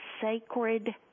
sacred